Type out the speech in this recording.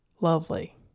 lovely